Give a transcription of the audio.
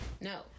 No